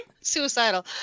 Suicidal